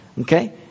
okay